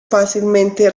fácilmente